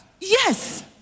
yes